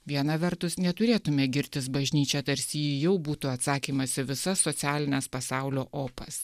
viena vertus neturėtume girtis bažnyčia tarsi ji jau būtų atsakymas į visas socialines pasaulio opas